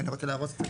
אני רוצה להרוס קצת